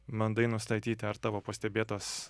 bandai nustatyti ar tavo pastebėtos